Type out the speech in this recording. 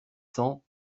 cents